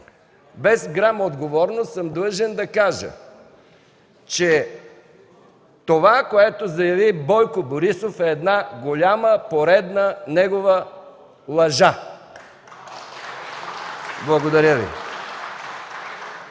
без грам отговорност, съм длъжен да кажа, че това, което заяви Бойко Борисов, е една голяма, поредна негова лъжа. Благодаря Ви.